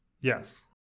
Yes